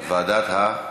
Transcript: ועדת, רווחה.